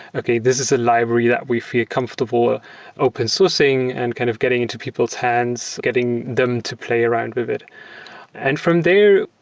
okay, this is a library that we feel comfortable open sourcing, and kind of getting into people's hands, getting them to play around with it. and from there,